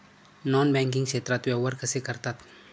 Non banking क्षेत्रात व्यवहार कसे करतात?